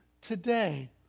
today